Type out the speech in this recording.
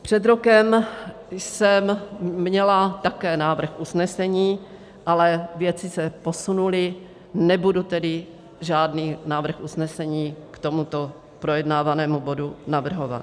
Před rokem jsem měla také návrh usnesení, ale věci se posunuly, nebudu tedy žádný návrh usnesení k tomuto projednávanému bodu navrhovat.